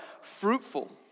fruitful